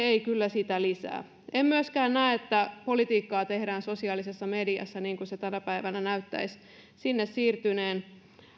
ei kyllä sitä lisää en myöskään näe että politiikkaa tehdään sosiaalisessa mediassa minne se tänä päivänä näyttäisi siirtyneen